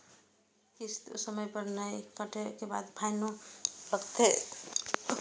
किस्त समय पर नय कटै के बाद फाइनो लिखते?